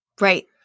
Right